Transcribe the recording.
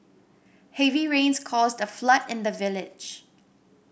heavy rains caused a flood in the village